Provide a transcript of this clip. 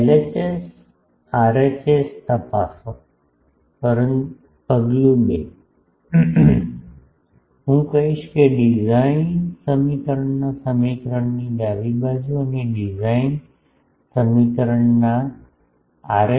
LHS RHS તપાસો પગલું 2 હું કહીશ કે ડિઝાઇન સમીકરણના સમીકરણની ડાબી બાજુ અને ડિઝાઇન સમીકરણના આર